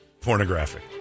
pornographic